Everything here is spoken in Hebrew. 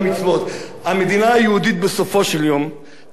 המדינה היהודית בסופו של יום תהיה מדינת הלכה,